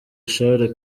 charles